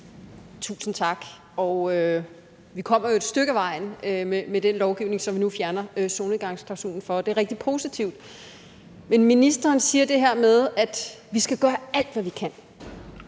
Tusind tak. Vi kommer jo et stykke ad vejen med den lovgivning, som vi nu fjerner solnedgangsklausulen for, og det er rigtig positivt. Men ministeren siger det her med, at vi skal gøre alt, hvad vi kan,